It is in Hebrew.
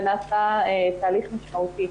ונעשה תהליך משמעותי